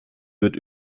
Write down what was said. wird